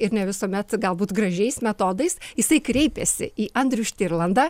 ir ne visuomet galbūt gražiais metodais jisai kreipėsi į andrių štirlandą